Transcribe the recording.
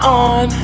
on